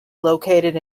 located